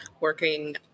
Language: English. working